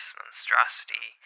monstrosity